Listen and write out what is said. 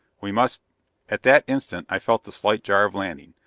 we must at that instant i felt the slight jar of landing.